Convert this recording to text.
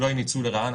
שלא יהיה ניצול לרעה.